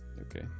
Okay